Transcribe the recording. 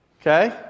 Okay